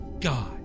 God